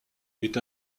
est